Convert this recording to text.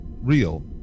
real